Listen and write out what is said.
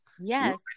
Yes